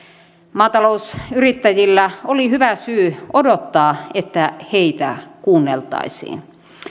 maatalousyrittäjillä oli hyvä syy odottaa että heitä kuunneltaisiin